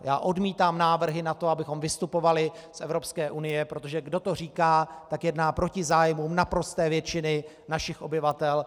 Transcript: Já odmítám návrhy na to, abychom vystupovali z Evropské unie, protože kdo to říká, tak jedná proti zájmům naprosté většiny našich obyvatel.